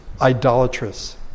idolatrous